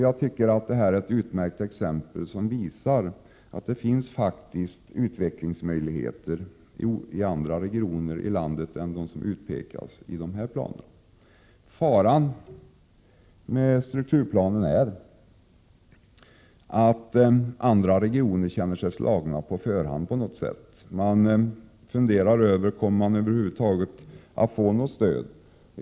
Jag tycker att detta är ett utmärkt exempel, som visar att det faktiskt finns utvecklingsmöjligheter i andra regioner i landet än dem som utpekas i planerna. Faran med strukturplanen är att andra regioner på något sätt känner sig slagna på förhand. Det funderas över om man över huvud taget kommer att få något stöd.